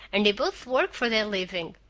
and they both work for their living.